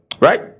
right